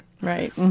Right